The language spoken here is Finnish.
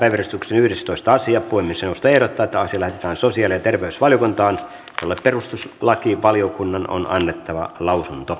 puhemiesneuvosto ehdottaa että asia lähetetään sosiaali ja terveysvaliokuntaan jolle perustuslakivaliokunnan on annettava lausunto